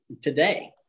today